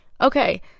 okay